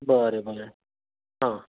बरें बरें आं